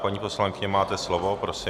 Paní poslankyně, máte slovo, prosím.